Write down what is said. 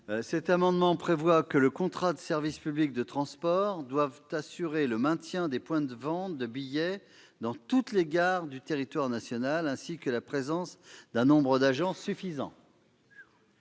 L'amendement n° 117 vise à ce que le contrat de service public de transport assure le maintien des points de vente de billets dans toutes les gares du territoire national, ainsi que la présence d'un nombre d'agents suffisant.